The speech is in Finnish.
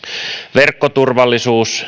verkkoturvallisuus